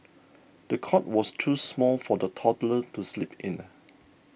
the cot was too small for the toddler to sleep in